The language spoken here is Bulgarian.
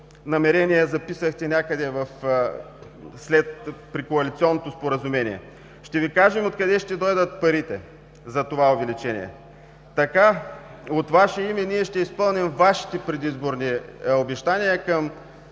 намерение записахте някъде в коалиционното споразумение. Ще Ви кажем откъде ще дойдат парите за това увеличение. Така от Ваше име ние ще изпълним Вашите предизборни обещания към